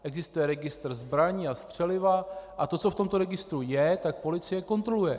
Existuje registr zbraní a střeliva a to, co v tomto registru je, policie kontroluje.